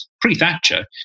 pre-Thatcher